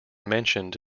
mentioned